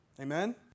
Amen